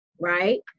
right